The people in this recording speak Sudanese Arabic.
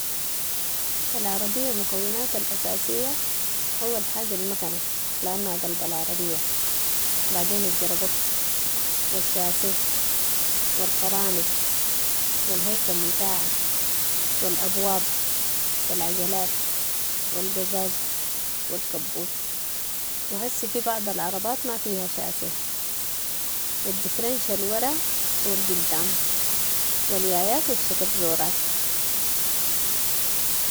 العربية مكوناتها الاساسية، اول حاجة المكنة، لانها قلب العربية، بعدين الجربوكس و الشاسيه و الفرامل و الهيكل بتاعها و الابواب و العجلات و القزاز و الكبوت و هسي في بعض العربات ما فيها شاسيه و الدفرنش الورا و القدام و اليايات و الشكبزورات.